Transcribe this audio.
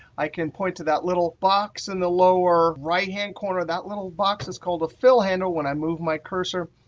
i can point to that little box in the lower-right-hand corner. that little box is called a fill handle. when i move my cursor,